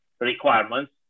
requirements